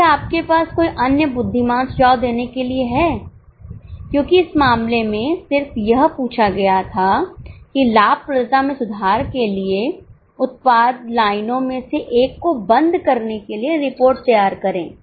अब क्या आपके पास कोई अन्य बुद्धिमान सुझाव देने के लिए है क्योंकि इस मामले में सिर्फ यह पूछा गया था कि लाभप्रदता में सुधार के लिए उत्पाद लाइनों में से एक को बंद करने के लिए रिपोर्ट तैयार करें